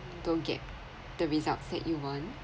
don't get the results that you want